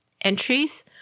entries